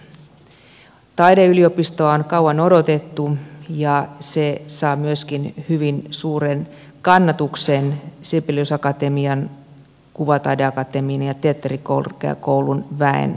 taideyliopistoa on kauan odotettu ja se saa myöskin hyvin suuren kannatuksen sibelius akatemian kuvataideakatemian ja teatterikorkeakoulun väen parissa